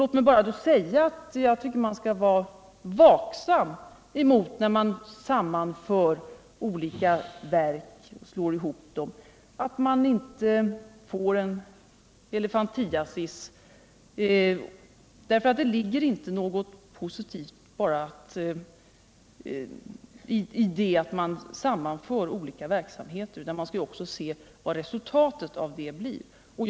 Låt mig säga att jag tycker att man skall vara restriktiv när det gäller att sammanföra olika verk, så att man inte får något slags elefantiasis. Det ligger inte något positivt enbart i åtgärden a:t sammanföra olika verksamheter, utan man måste ju också ta hänsyn till vilket resultat man uppnår med en sammanslagning.